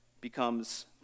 becomes